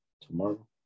tomorrow